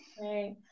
Right